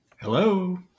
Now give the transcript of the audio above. Hello